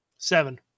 Seven